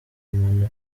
muntu